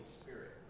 Spirit